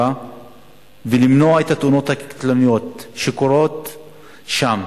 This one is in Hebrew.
ולמנוע את התאונות הקטלניות שקורות שם,